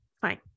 fine